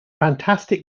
fantastic